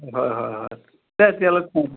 হয় হয় হয় দে তেতিয়াহ'লে থওঁ